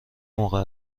موقع